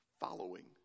following